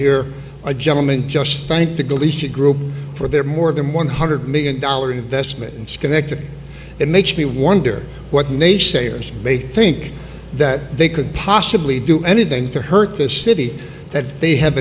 hear a gentleman just thank the good lisa group for their more than one hundred million dollar investment in schenectady it makes me wonder what naysayers think that they could possibly do anything to hurt this city that they have